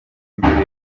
mbere